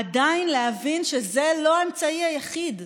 עדיין, להבין שזה לא האמצעי היחיד,